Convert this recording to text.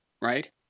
Right